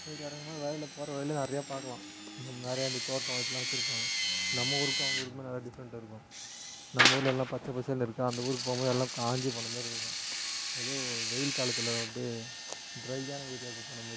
போய்விட்டு இறங்கும் போது வழில போகிற வழில நிறையா பார்க்கலாம் நிறையா இந்த தோட்டம் இதெலாம் வச்சுருப்பாங்க நம்ம ஊருக்கும் அவங்க ஊருக்குமே நிறையா டிஃப்ரண்ட் இருக்கும் நம் ஊரிலயெல்லாம் பச்சை பசேல்ன்னு இருக்கா அந்த ஊருக்கு போகும் போது எல்லாம் காஞ்சு போன மாதிரி இருக்கும் ஏதோ ஒரு வெயில் காலத்தில் அப்படியே ட்ரையான ஏரியாவுக்கு போன மாதிரி